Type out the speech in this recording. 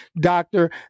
doctor